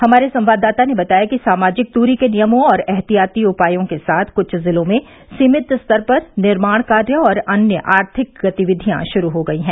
हमारे संवाददाता ने बताया कि सामाजिक दूरी के नियमों और ऐहतियाती उपायों के साथ कुछ जिलों में सीमित स्तर पर निर्माण कार्य और अन्य आर्थिक गतिविधियां शुरू हो गई हैं